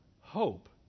hope